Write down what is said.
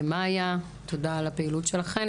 תודה על הפעילות שלכם.